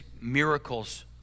Miracles